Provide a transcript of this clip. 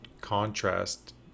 contrast